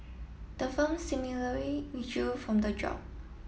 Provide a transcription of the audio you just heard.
the firm similarly withdrew from the job